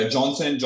Johnson &